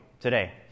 today